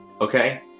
okay